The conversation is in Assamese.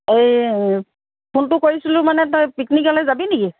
এই ফোনটো কৰিছিলোঁ মানে তই পিকনিকলৈ যাবি নেকি